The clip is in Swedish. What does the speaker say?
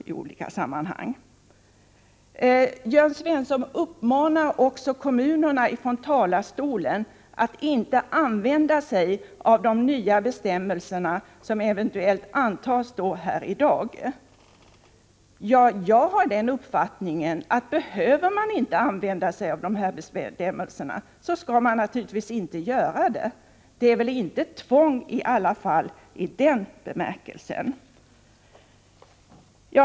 I sitt anförande uppmanade Jörn Svensson vidare kommunerna att inte tillämpa de nya bestämmelser som eventuellt kommer att antas i dag. Jag har den uppfattningen, att om man inte behöver tillämpa bestämmelserna, så skall man naturligtvis inte göra det. Det är väl i alla fall inte fråga om tvång i den bemärkelsen.